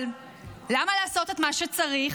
אבל למה לעשות את מה שצריך?